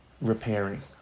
repairing